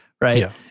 right